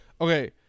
Okay